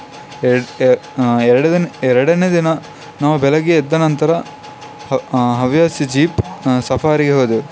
ಎರಡು ಎರಡು ದಿನ ಎರಡನೇ ದಿನ ನಾವು ಬೆಳಗ್ಗೆ ಎದ್ದ ನಂತರ ಹವ್ಯಾಸಿ ಜೀಪ್ ಸಫಾರಿಗೆ ಹೋದೆೆವು